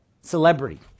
celebrity